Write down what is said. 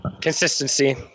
Consistency